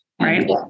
right